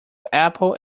apple